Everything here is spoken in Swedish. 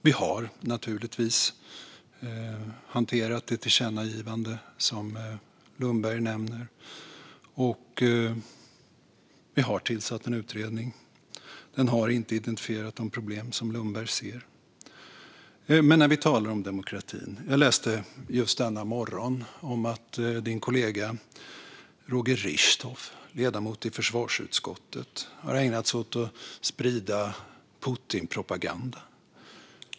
Vi har naturligtvis hanterat det tillkännagivande som Lundberg nämner. Vi har tillsatt en utredning. Den har inte identifierat de problem som Lundberg ser. Men när vi talar om demokrati: Jag läste just denna morgon att din kollega Roger Richthoff, ledamot i försvarsutskottet, har ägnat sig åt att sprida Putinpropaganda.